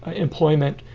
ah employment,